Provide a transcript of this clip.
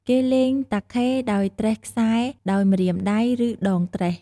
គេលេងតាខេដោយត្រេះខ្សែដោយម្រាមដៃ ឬដងត្រេះ។